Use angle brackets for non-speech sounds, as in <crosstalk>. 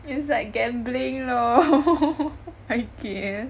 it's like gambling lor <laughs> I guess